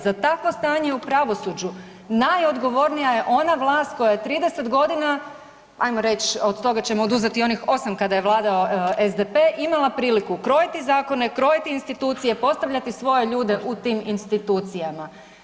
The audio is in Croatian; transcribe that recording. Za takvo stanje u pravosuđu najodgovornija je ona vlast koja je 30.g., ajmo reć, od toga ćemo oduzeti onih 8 kada je vladao SDP, imala priliku krojiti zakone, krojiti institucije, postavljati svoje ljude u tim institucijama.